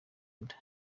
inda